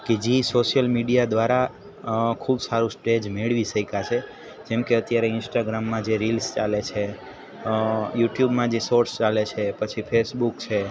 કે જે social media દ્વારા ખૂબ સારું શ્ટેજ મેળવી શક્યા છે જેમ કે અત્યારે ઇન્સ્ટાગ્રામમાં જે રીલ્સ ચાલે છે યુટ્યુબમાં જે સોર્ટ્સ ચાલે છે પછી ફેસબુક છે